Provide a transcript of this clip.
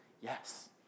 yes